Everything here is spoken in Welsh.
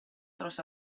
dros